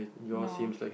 no